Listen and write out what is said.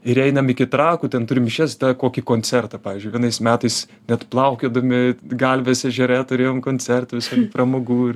ir einam iki trakų ten turim mišias tada kokį koncertą pavyzdžiui vienais metais net plaukiodami galvės ežere turėjom koncertų visokių pramogų ir